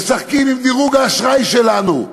משחקים עם דירוג האשראי שלנו.